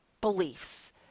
beliefs